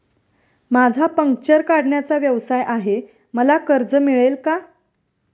माझा पंक्चर काढण्याचा व्यवसाय आहे मला कर्ज मिळेल का?